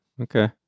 Okay